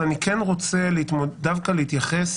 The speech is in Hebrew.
אבל אני כן רוצה דווקא להתייחס